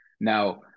Now